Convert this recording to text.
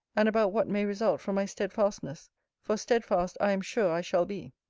and about what may result from my steadfastness for steadfast i am sure i shall be.